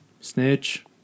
Snitch